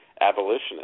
abolitionist